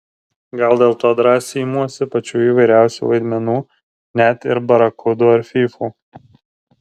gal dėl to drąsiai imuosi pačių įvairiausių vaidmenų net ir barakudų ar fyfų